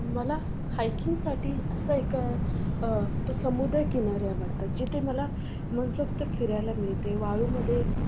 मला हायकिंगसाठी असं एका समुद्र किनारे आवडतात जिथे मला मनसोक्त फिरायला मिळते वाळूमध्ये